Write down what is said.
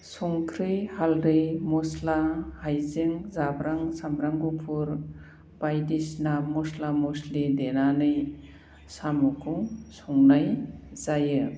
संख्रि हालदै मस्ला हाइजें जाब्रां सामब्राम गुफुर बायदिसिना मस्ला मस्लि देनानै साम'खौ संनाय जायो